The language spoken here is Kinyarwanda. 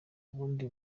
ubundi